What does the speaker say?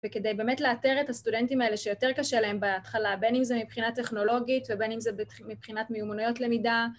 וכדי באמת לאתר את הסטודנטים האלה שיותר קשה להם בהתחלה, בין אם זה מבחינה טכנולוגית ובין אם זה מבחינת מיומנויות למידה